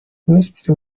minisitiri